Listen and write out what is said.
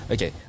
Okay